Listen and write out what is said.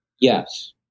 Yes